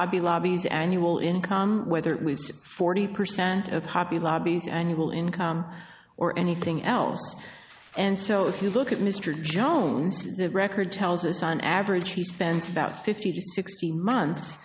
hobby lobby's annual income whether it was forty percent of hobby lobby's annual income or anything else and so if you look at mr jones the record tells us on average he spends about fifty to sixty month